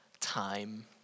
time